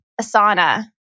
Asana